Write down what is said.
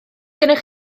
gennych